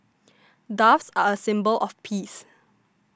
doves are a symbol of peace